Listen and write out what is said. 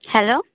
hello